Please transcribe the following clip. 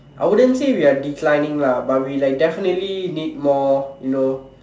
I wouldn't say we are declining lah but we like definitely need more you know